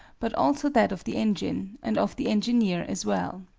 but also that of the engine, and of the engineer as well.